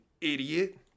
idiot